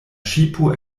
ŝipo